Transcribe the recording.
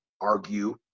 argue